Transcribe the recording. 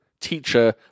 teacher